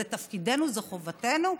זה תפקידנו, זו חובתנו,